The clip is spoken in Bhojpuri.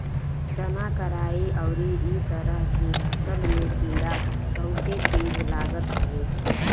चना, कराई अउरी इ तरह के फसल में कीड़ा बहुते तेज लागत हवे